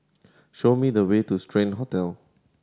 show me the way to Strand Hotel